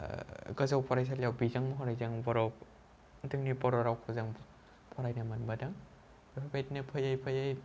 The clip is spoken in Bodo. गोजौ फरायसालिआव बिजों महरै जों बर' जोंनि बर' रावखौ जों फरायनो मोनबोदों बेफोरबायदिनो फैयै फैयै